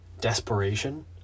desperation